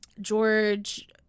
George